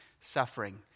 suffering